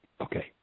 okay